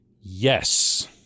Yes